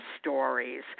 stories